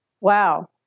Wow